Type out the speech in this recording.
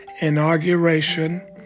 inauguration